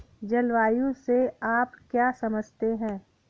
जलवायु से आप क्या समझते हैं?